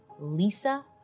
Lisa